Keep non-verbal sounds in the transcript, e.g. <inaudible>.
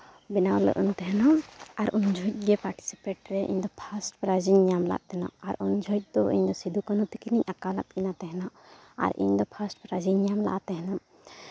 ᱵᱮᱱᱟᱣ <unintelligible> ᱛᱟᱦᱮᱱᱚᱜ ᱟᱨ ᱩᱱ ᱡᱚᱠᱷᱚᱱ ᱜᱮ ᱯᱟᱨᱴᱤᱥᱤᱯᱮᱴ ᱨᱮ ᱤᱧᱫᱚ ᱯᱷᱥᱴ ᱯᱨᱟᱭᱤᱡᱽ ᱤᱧ ᱧᱟᱢ ᱞᱮᱫ ᱛᱟᱦᱮᱱᱚᱜ ᱟᱨ ᱩᱱ ᱡᱚᱠᱷᱚᱱ ᱫᱚ ᱤᱧᱫᱚ ᱥᱤᱫᱩᱼᱠᱟᱹᱱᱦᱩ ᱛᱟᱹᱠᱤᱱᱤᱧ ᱟᱸᱠᱟᱣ ᱞᱮᱫ ᱠᱤᱱᱟ ᱛᱟᱦᱮᱱᱚᱜ ᱟᱨ ᱤᱧᱫᱚ ᱯᱷᱟᱥᱴ ᱯᱨᱟᱭᱤᱡᱽ ᱤᱧ ᱧᱟᱢ ᱞᱮᱫᱼᱟ ᱛᱟᱦᱮᱱᱚᱜ